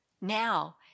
Now